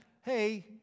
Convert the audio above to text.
hey